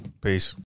Peace